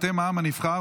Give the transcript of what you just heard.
אתם העם הנבחר,